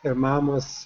ir mamos